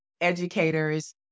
educators